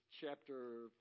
chapter